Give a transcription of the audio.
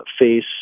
face